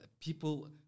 people